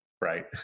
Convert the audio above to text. right